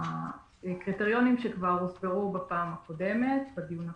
הקריטריונים שכבר הוסדרו בדיון הקודם,